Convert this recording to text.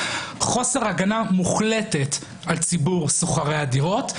חוסר הגנה מוחלט על ציבור שוכרי הדירות,